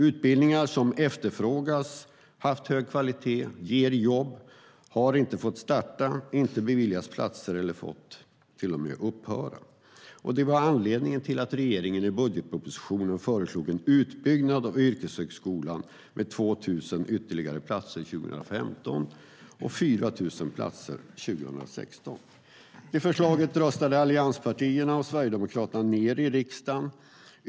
Utbildningar av hög kvalitet som efterfrågas och ger jobb har inte fått starta, har inte beviljats platser eller har till och med fått upphöra. Det var anledningen till att regeringen i budgetpropositionen föreslog en utbyggnad av yrkeshögskolan med ytterligare 2 000 platser 2015 och 4 000 platser 2016. Det förslaget röstade allianspartierna och Sverigedemokraterna ned i riksdagen.